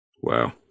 Wow